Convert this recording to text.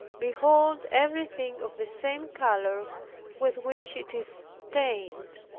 behold everything of the same color with which it is stained.